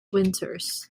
winters